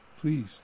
Please